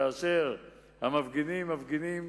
כאשר המפגינים הם מפגינים